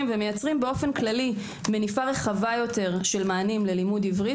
ומייצרים באופן כללי מניפה רחבה יותר של מענים ללימוד עברית